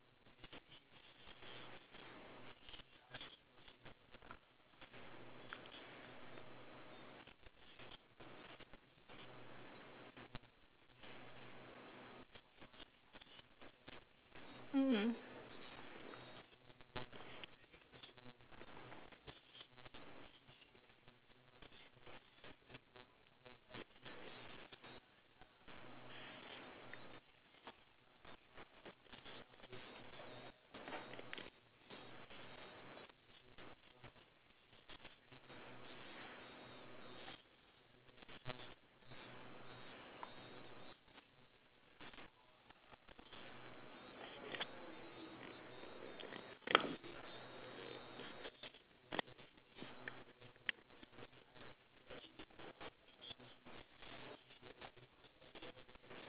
mm mm